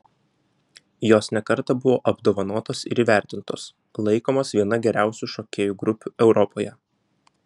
jos ne kartą buvo apdovanotos ir įvertintos laikomos viena geriausių šokėjų grupių europoje